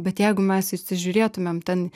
bet jeigu mes įsižiūrėtumėm ten